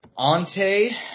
Ante